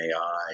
AI